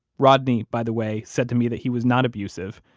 rodney, by the way, said to me that he was not abusive.